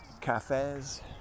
cafes